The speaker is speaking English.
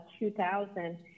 2000